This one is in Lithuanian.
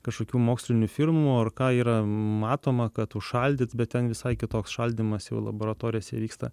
kažkokių mokslinių firmų ar ką yra matoma kad užšaldyt bet ten visai kitoks šaldymas jau laboratorijose vyksta